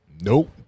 Nope